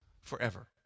forever